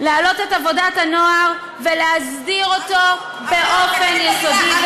להעלות את עבודת הנוער ולהסדיר אותה באופן יסודי ומעמיק.